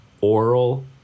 oral